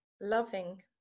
loving